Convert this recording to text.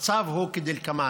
המצב הוא כדלקמן: